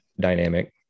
dynamic